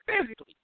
physically